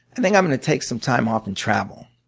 and think i'm going to take some time off and travel.